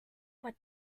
what